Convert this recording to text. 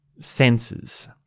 senses